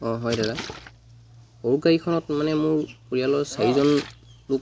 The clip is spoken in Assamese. অঁ হয় দাদা সৰু গাড়ীখনত মানে মোৰ পৰিয়ালৰ চাৰিজন মোক